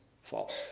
false